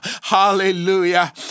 Hallelujah